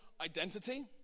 identity